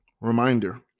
Reminder